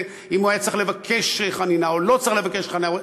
אם הוא היה צריך לבקש חנינה או לא צריך לבקש חנינה.